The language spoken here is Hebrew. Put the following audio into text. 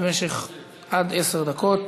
במשך עד עשר דקות.